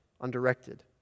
undirected